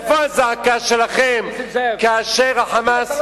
איפה הזעקה שלכם כאשר ה"חמאס" נסים זאב,